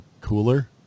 cooler